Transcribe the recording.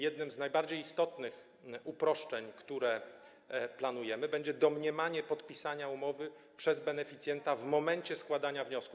Jednym z najbardziej istotnych uproszczeń, jakie planujemy, będzie domniemanie podpisania umowy przez beneficjenta w momencie składania wniosku.